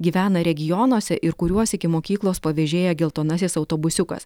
gyvena regionuose ir kuriuos iki mokyklos pavėžėja geltonasis autobusiukas